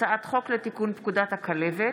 הצעת חוק לתיקון פקודת הכלבת (מס'